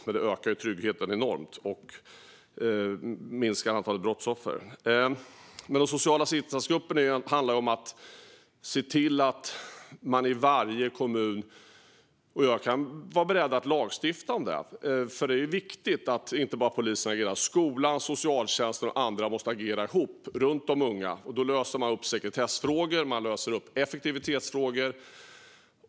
Men det ökar tryggheten enormt mycket och minskar antalet brottsoffer. De sociala insatsgrupperna handlar om att se till att man agerar i varje kommun. Jag är beredd att lagstifta om det, eftersom det är viktigt att inte bara polisen agerar. Skolan, socialtjänsten och andra måste agera tillsammans runt de unga, och då löser man sekretessfrågor och effektivitetsfrågor.